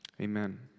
amen